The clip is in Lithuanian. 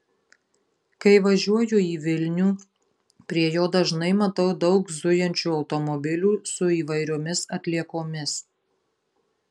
kai važiuoju į vilnių prie jo dažnai matau daug zujančių automobilių su įvairiomis atliekomis